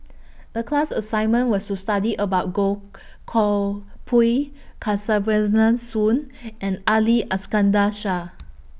The class assignment was to study about Goh Koh Pui Soon and Ali Iskandar Shah